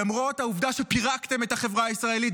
למרות העובדה שפירקתם את החברה הישראלית,